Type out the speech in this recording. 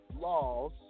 laws